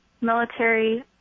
military